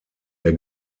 der